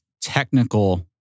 technical